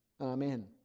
Amen